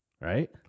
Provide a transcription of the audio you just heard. Right